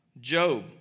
Job